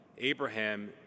Abraham